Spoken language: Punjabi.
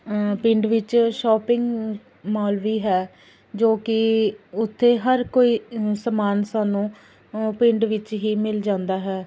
ਪਿੰਡ ਵਿੱਚ ਸ਼ੋਪਿੰਗ ਮੋਲ ਵੀ ਹੈ ਜੋ ਕਿ ਉੱਥੇ ਹਰ ਕੋਈ ਸਮਾਨ ਸਾਨੂੰ ਪਿੰਡ ਵਿੱਚ ਹੀ ਮਿਲ ਜਾਂਦਾ ਹੈ